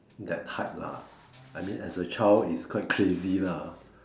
that height lah I mean as a child it's quite crazy lah